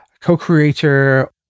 co-creator